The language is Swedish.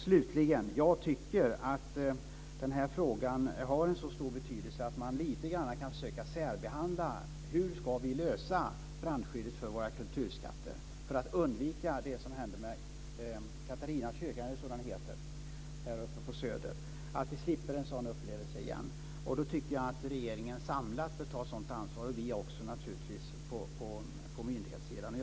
Slutligen tycker jag att den här frågan har en så stor betydelse att man borde kunna försöka särbehandla detta med hur vi ska lösa brandskyddet för våra kulturskatter, så att vi slipper uppleva det som hände med Katarina kyrka här uppe på Söder igen. Jag tycker att regeringen samlat bör ta ett sådant ansvar, och naturligtvis vi på myndighetssidan också.